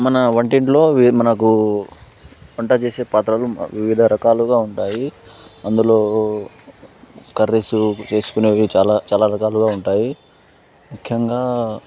మన వంటింట్లో మనకు వంట చేసే పాత్రలు వివిధ రకాలుగా ఉంటాయి అందులో కర్రీస్సు చేసుకునేవి చాలా చాలా రకాలుగా ఉంటాయి ముఖ్యంగా